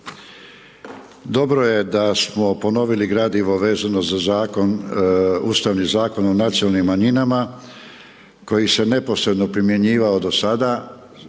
dobro je da smo ponovili gradivo vezano za zakon, Ustavni zakon o nacionalnim manjinama koji se neposredno primjenjivao do sada